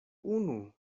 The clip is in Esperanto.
unu